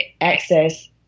access